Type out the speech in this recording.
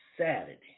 Saturday